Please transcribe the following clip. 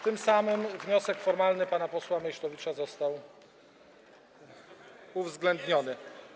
Tym samym wniosek formalny pana posła Meysztowicza został uwzględniony.